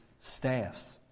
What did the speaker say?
staffs